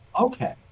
Okay